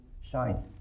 shine